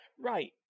Right